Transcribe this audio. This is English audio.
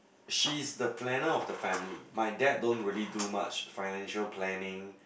she's the planner of the family my dad don't really do much financial planning